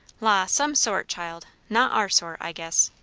la! some sort, child. not our sort, i guess.